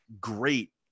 great